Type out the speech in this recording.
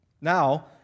Now